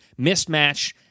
mismatch